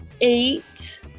eight